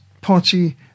Party